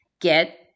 get